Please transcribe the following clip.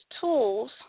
tools